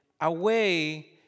away